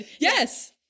yes